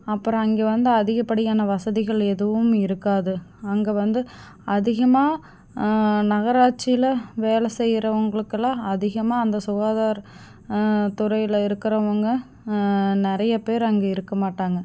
அப்புறோம் அங்கே வந்து அதிகப்படியான வசதிகள் எதுவும் இருக்காது அங்கே வந்து அதிகமாக நகராட்சியில் வேலை செய்யிறவங்களுக்கெல்லாம் அதிகமாக அந்த சுகாதார துறையில் இருக்கிறவங்க நிறையப் பேர் அங்கே இருக்க மாட்டாங்க